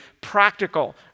practical